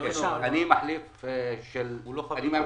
אני מהמשותפת,